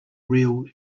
real